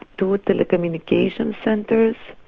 two telecommunications centres,